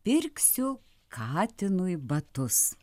pirksiu katinui batus